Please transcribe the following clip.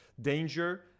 danger